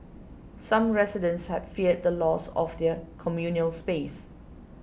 some residents had feared the loss of their communal space